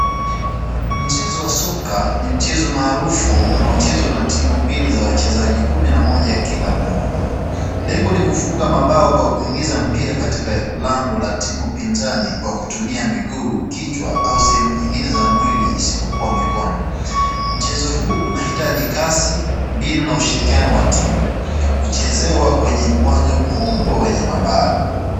Mchezo wa soka ni mchezo maarufu ambao unachezwa na timu mbili za wachezaji kumi na moja kila mmoja. Lengo ni kufunga mabao kwa kuingizia mpira kwenye lango la timu pinzani kwa kutumia miguu, kichwa au sehemu zingine za mwili isipokua mikono. Mchezo huu unahataji kasi, mbinu na ushrikiano wa timu. Huchezewa kwenye uwanja mkubwa wenye mabara.